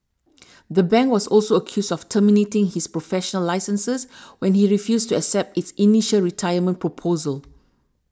the bank was also accused of terminating his professional licenses when he refused to accept its initial retirement proposal